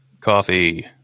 Coffee